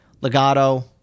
Legato